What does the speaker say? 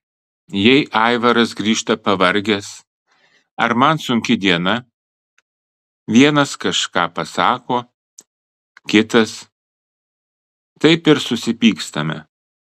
jei aivaras grįžta pavargęs ar man sunki diena vienas kažką pasako kitas taip ir susipykstame